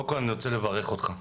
אני רוצה לברך אותך באמת,